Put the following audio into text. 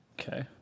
Okay